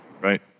right